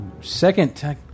second